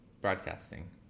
broadcasting